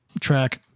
track